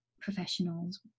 professionals